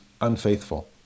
unfaithful